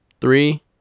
Three